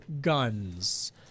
guns